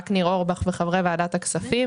ח"כ ניר אורבך וחברי ועדת הכספים,